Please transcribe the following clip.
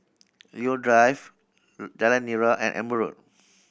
Leo Drive Jalan Nira and Amber Road